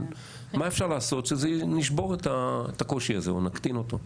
מה אפשר לעשות כדי שנשבור את הקושי הזה או נקטין אותו?